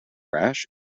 rash